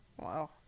Wow